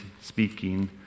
speaking